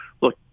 Look